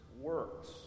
works